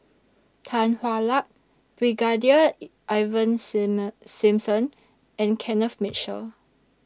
Tan Hwa Luck Brigadier Ivan SIM Simson and Kenneth Mitchell